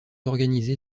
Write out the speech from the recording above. organisés